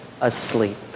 asleep